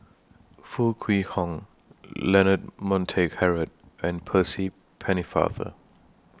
Foo Kwee Horng Leonard Montague Harrod and Percy Pennefather